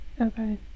Okay